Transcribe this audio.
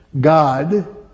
God